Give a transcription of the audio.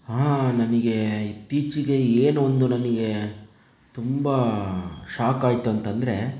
ಹಾ ನನಗೆ ಇತ್ತೀಚಿಗೆ ಏನು ಒಂದು ನನಗೆ ತುಂಬ ಶಾಕ್ ಆಯಿತು ಅಂತಂದರೆ